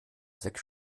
sechs